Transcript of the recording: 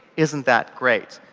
isn't that great?